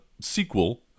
Sequel